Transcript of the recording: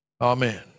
Amen